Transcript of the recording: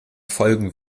folgen